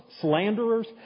slanderers